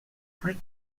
plus